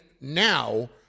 now